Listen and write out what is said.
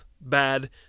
bad